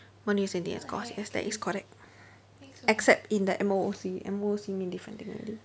module is same thing as course yes that is correct except in the M_O_O_C M_O_O_C mean different thing already